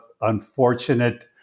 unfortunate